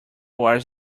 was